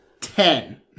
Ten